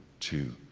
two,